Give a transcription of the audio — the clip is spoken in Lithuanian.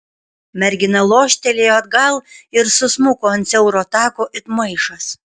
mergina loštelėjo atgal ir susmuko ant siauro tako it maišas